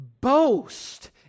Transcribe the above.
Boast